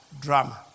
drama